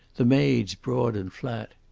the maid's broad and flat.